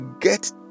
get